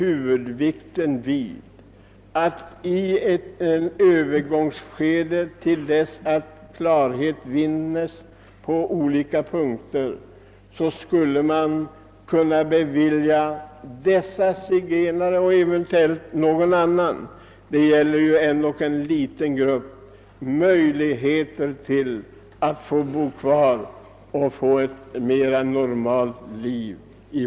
Under ett övergångsskede, intill dess klarhet har vunnits på olika punkter, bör huvudvikten läggas vid att skapa möjligheter för dessa zigenare och eventuellt även andra — i alla händelser är det en liten grupp det gäller — att få bo kvar i vårt land och leva ett mera normalt liv.